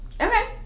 Okay